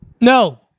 No